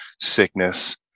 sickness